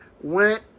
went